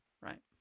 right